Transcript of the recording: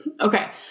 Okay